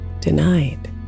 denied